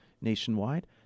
nationwide